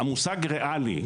המושג ריאלי,